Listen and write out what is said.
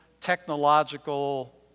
technological